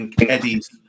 Eddie's